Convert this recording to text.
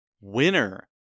winner